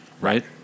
right